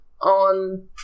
on